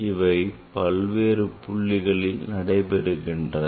இவை பல்வேறு புள்ளிகளில் நடைபெறுகின்றது